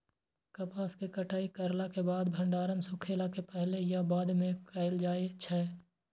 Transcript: कपास के कटाई करला के बाद भंडारण सुखेला के पहले या बाद में कायल जाय छै?